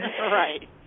Right